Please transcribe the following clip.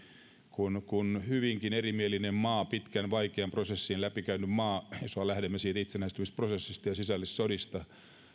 kun kun hyvinkin erimielinen maa pitkän vaikean prosessin läpikäynyt maa jos lähdemme siitä itsenäistymisprosessista ja sisällissodasta